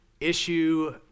issue